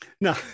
No